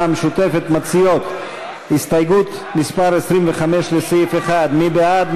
המשותפת מציעות הסתייגות מס' 25 לסעיף 1. מי בעד?